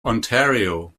ontario